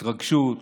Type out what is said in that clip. התרגשות,